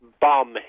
bomb